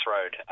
Road